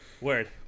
word